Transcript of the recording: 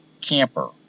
camper